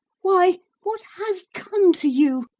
why, what has come to you?